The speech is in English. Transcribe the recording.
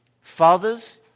Fathers